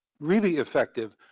really effective,